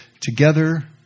together